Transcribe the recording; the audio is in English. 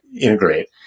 integrate